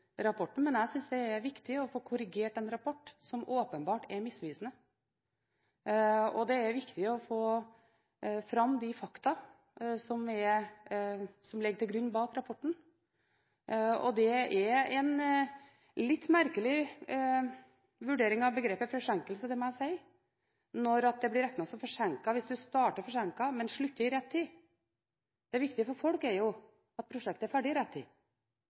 men jeg synes det er viktig å få korrigert en rapport som åpenbart er misvisende. Det er viktig å få fram de fakta som ligger til grunn bak rapporten. Det er en litt merkelig vurdering av begrepet «forsinkelse» – det må jeg si – når det blir regnet som forsinket hvis en starter forsinket, men slutter i rett tid. Det viktige for folk er jo at prosjektet er ferdig i rett tid.